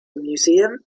museum